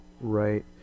Right